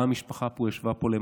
גם המשפחה ישבה פה למעלה.